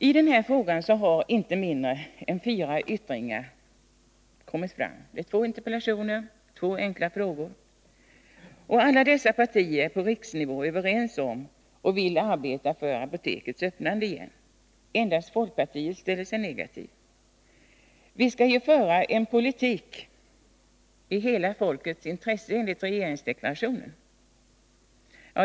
I den här frågan har inte mindre än fyra yttringar från olika partier kommit fram, två interpellationer och två enkla frågor. Alla dessa partier på riksnivåer är överens om att de vill arbeta för apotekets öppnande igen. Endast folkpartiet ställer sig negativt. Vi skall ju enligt regeringsdeklarationen föra en politik i hela folkets intresse.